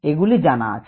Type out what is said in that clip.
এগুলি জানা আছে